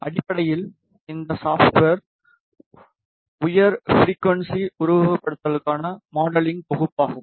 அடிப்படையில் இந்த சாஃப்வேர் உயர் ஃபிரிக்குவன்ஸி உருவகப்படுத்துதல்களுக்கான மாடலிங் தொகுப்பாகும்